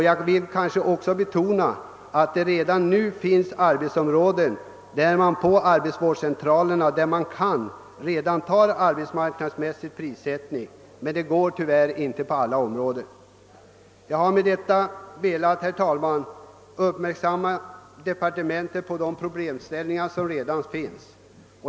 Jag vill också betona att det redan finns arbetsområden, där man tillämpar arbetsmarknadsmässig prissättning. Men det går tyvärr inte att göra det på alla områden. Jag har med detta velat fästa departementets uppmärksamhet på de problemställningar som redan finns.